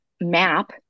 map